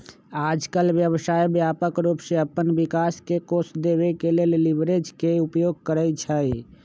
याजकाल व्यवसाय व्यापक रूप से अप्पन विकास के कोष देबे के लेल लिवरेज के उपयोग करइ छइ